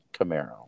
Camaro